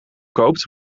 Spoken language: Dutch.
koopt